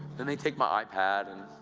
and they take my ipad, and